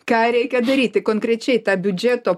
ką reikia daryti konkrečiai ta biudžeto